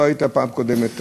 לא היית בפעם הקודמת,